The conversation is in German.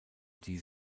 die